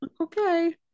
okay